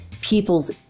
people's